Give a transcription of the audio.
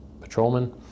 patrolman